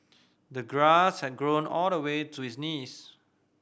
the grass had grown all the way to his knees